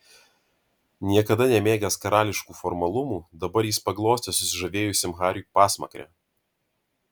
niekada nemėgęs karališkų formalumų dabar jis paglostė susižavėjusiam hariui pasmakrę